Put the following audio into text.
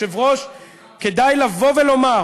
כדאי לבוא ולומר,